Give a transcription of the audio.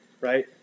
right